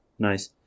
nice